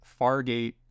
Fargate